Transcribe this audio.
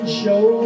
show